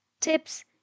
tips